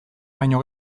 baino